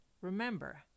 remember